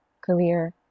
career